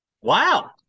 Wow